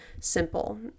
simple